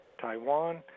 Taiwan